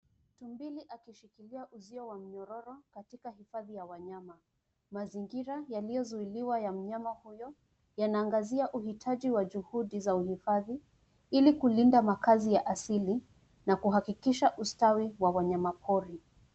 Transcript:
Tumbili akishikilia uzio wa mnyororo, katika hifadhi ya wanyama. Mazingira yaliozuiliwa ya mnyama huyo, yanaangazia uhitaji wa juhudi za uhifadhi, ili kulinda makazi ya asili, na kuhakikisha ustawi wa wanyama pori.